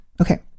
Okay